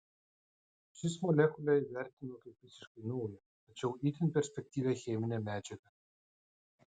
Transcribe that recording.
šis molekulę įvertino kaip visiškai naują tačiau itin perspektyvią cheminę medžiagą